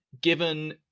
given